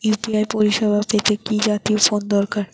UPI পরিসেবা পেতে কি জাতীয় ফোন দরকার?